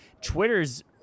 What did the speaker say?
Twitter's